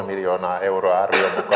miljoonaa euroa arvion mukaan